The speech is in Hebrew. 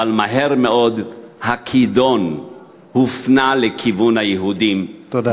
אבל מהר מאוד הכידון הופנה לכיוון היהודים, תודה.